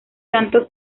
tanto